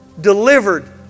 Delivered